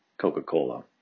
Coca-Cola